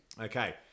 Okay